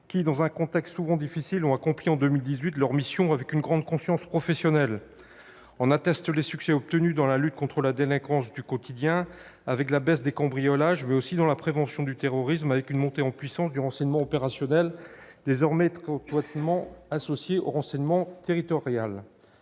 qui, dans un contexte souvent difficile, ont accompli en 2018 leurs missions avec une grande conscience professionnelle. En attestent les succès obtenus dans la lutte contre la délinquance du quotidien, avec la baisse des cambriolages, mais aussi dans la prévention du terrorisme, avec une montée en puissance du renseignement opérationnel, désormais étroitement associé au renseignement territorial.